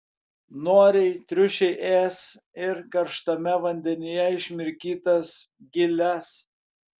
noriai triušiai ės ir karštame vandenyje išmirkytas giles